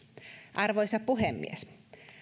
arvoisa puhemies